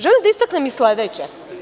Želim da istaknem i sledeće.